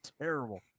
terrible